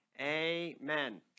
amen